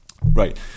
Right